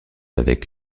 avec